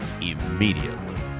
immediately